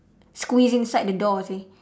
squeeze inside the door seh